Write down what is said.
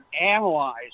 analyzed